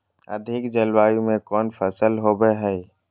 अधिक जलवायु में कौन फसल होबो है?